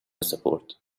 سپرد